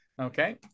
Okay